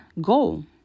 goal